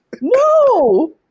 No